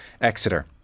Exeter